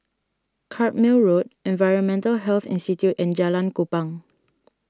Carpmael Road Environmental Health Institute and Jalan Kupang